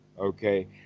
okay